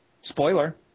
Spoiler